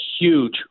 huge